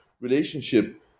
relationship